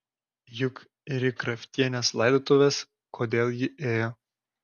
juk ir į kraftienės laidotuvės kodėl ji ėjo